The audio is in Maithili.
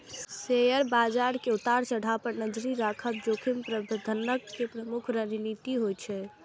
शेयर बाजार के उतार चढ़ाव पर नजरि राखब जोखिम प्रबंधनक प्रमुख रणनीति होइ छै